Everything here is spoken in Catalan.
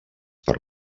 per